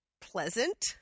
pleasant